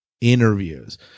interviews